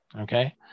okay